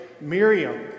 Miriam